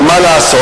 אבל מה לעשות?